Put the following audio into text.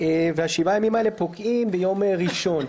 והימים האלה פוקעים ביום ראשון.